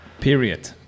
period